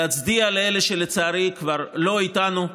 להצדיע לאלה שלצערי כבר לא איתנו,